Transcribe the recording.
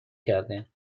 کرده